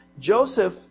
Joseph